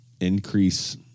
increase